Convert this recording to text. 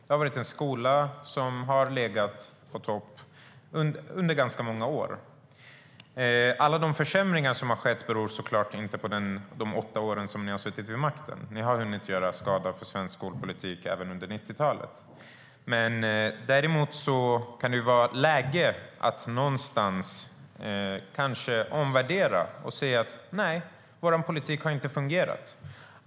Det har varit en skola som har legat på topp under många år. Alla de försämringar som har skett beror såklart inte på de åtta år ni har suttit vid makten. Ni hann göra skada i svensk skolpolitik även under 90-talet. Däremot kan det vara läge att någonstans omvärdera sin politik och säga att den inte har fungerat.